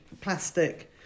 plastic